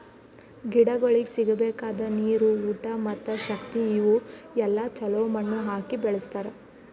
ಗಿಡಗೊಳಿಗ್ ಸಿಗಬೇಕಾದ ನೀರು, ಊಟ ಮತ್ತ ಶಕ್ತಿ ಇವು ಎಲ್ಲಾ ಛಲೋ ಮಣ್ಣು ಹಾಕಿ ಬೆಳಸ್ತಾರ್